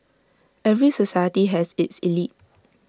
every society has its elite